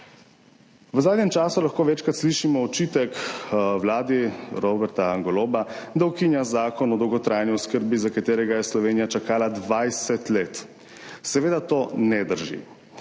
V zadnjem času lahko večkrat slišimo očitek vladi Roberta Goloba, da ukinja Zakon o dolgotrajni oskrbi, na katerega je Slovenija čakala 20 let. Seveda to ne drži.